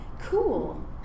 Cool